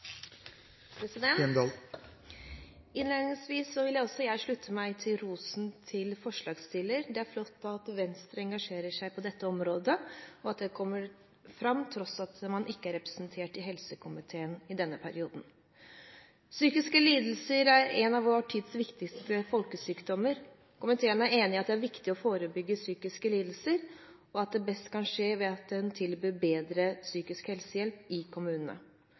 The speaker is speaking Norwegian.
ikkje skjer. Innledningsvis vil også jeg slutte meg til rosen til forslagsstillerne. Det er flott at Venstre engasjerer seg på dette området, og at det kommer fram til tross for at man ikke er representert i helsekomiteen i denne perioden. Psykiske lidelser er en av vår tids viktigste folkesykdommer. Komiteen er enig i at det er viktig å forebygge psykiske lidelser, og at det best kan skje ved at en tilbyr bedre psykisk helsehjelp i kommunene.